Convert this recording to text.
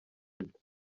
sida